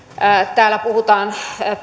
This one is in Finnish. täällä puhutaan